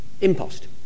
impost